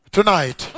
tonight